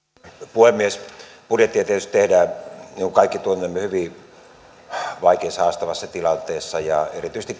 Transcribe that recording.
puhemies budjettia tietysti tehdään niin kuin kaikki tunnemme hyvin vaikeassa ja haastavassa tilanteessa ja erityisesti